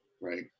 right